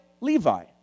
Levi